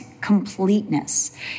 completeness